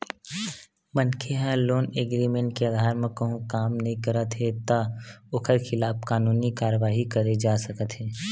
मनखे ह loan agreement के अधार म कहूँ काम नइ करत हे त ओखर खिलाफ कानूनी कारवाही करे जा सकत हे